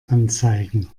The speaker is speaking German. anzeigen